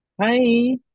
Hi